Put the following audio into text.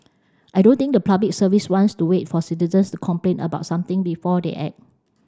I don't think the Public Service wants to wait for citizens to complain about something before they act